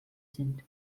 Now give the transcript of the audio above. sind